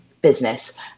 business